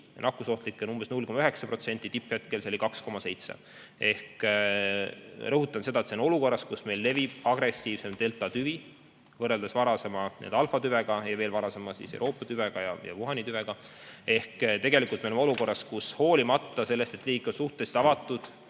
Nakkusohtlikke on umbes 0,9%, tipphetkel oli 2,7%. Rõhutan, et praegu on olukord, kus meil levib agressiivsem delta-tüvi, võrreldes varasema alfa-tüvega ja veel varasema Euroopa tüvega ja Wuhani tüvega. Tegelikult me oleme olukorras, kus hoolimata sellest, et riik on suhteliselt avatud